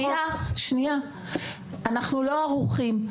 אנחנו לא ערוכים.